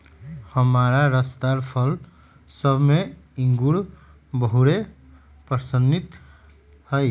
हमरा रसदार फल सभ में इंगूर बहुरे पशिन्न हइ